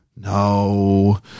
No